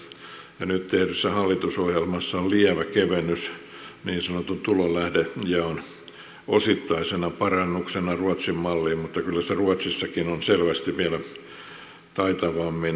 nyt tehdyssä hallitusohjelmassa on lievä kevennys niin sanotun tulolähdejaon osittainen parannus ruotsin malliin mutta kyllä sitä ruotsissakin on selvästi vielä taitavammin väännetty